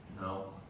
No